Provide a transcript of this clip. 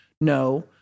no